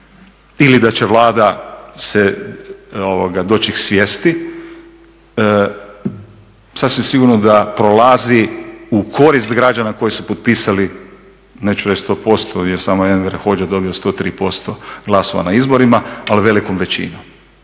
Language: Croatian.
ili da će Vlada doći k svijesti, sasvim sigurno da prolazi u korist građana koji su potpisali, neću reći 100% jer samo je Enver Hodža dobio 103% glasova na izborima, ali velikom većinom.